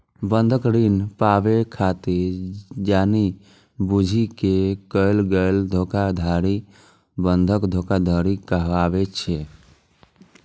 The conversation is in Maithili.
बंधक ऋण पाबै खातिर जानि बूझि कें कैल गेल धोखाधड़ी बंधक धोखाधड़ी कहाबै छै